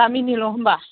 गामिनिल' होमबा